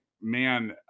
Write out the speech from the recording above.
man